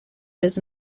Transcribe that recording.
does